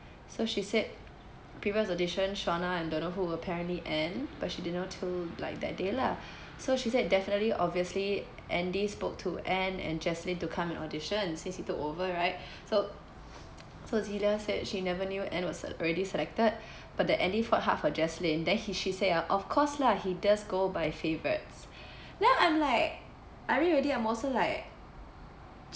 so she said previous audition shauna and don't know who apparently anne but she did not tell like that day lah so she said definitely obviously andy spoke to anne and jaslyn to come and audition since he took over right so so celia said she never knew anne was was already selected but then andy fought hard for jaslyn then she say of course lah he does go by favourites then I'm like are you read already I'm also like